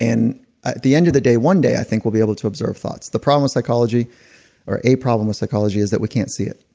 ah the end of the day, one day i think we'll be able to observe thoughts. the problem with psychology or a problem with psychology is that we can't see it.